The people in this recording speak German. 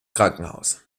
krankenhaus